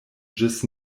ĝis